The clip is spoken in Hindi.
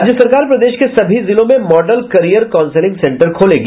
राज्य सरकार प्रदेश के सभी जिलों में मॉडल करियर काउंसिलिंग सेंटर खोलेगी